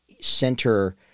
center